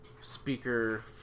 speaker